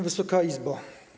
Wysoka Izbo!